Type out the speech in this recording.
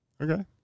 Okay